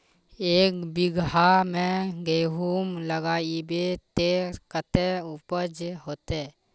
एक बिगहा में गेहूम लगाइबे ते कते उपज होते?